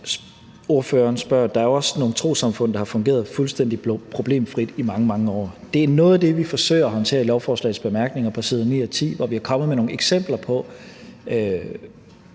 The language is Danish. der jo også er nogle trossamfund, der har fungeret fuldstændig problemfrit i mange, mange år. Det er noget af det, vi forsøger at håndtere i lovforslagets bemærkninger på side 9 og 10, hvor vi er kommet med eksempler på,